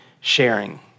sharing